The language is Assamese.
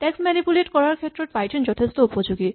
টেক্স্ট মেনিপুলেট কৰাৰ ক্ষেত্ৰত পাইথন যথেষ্ট উপযোগী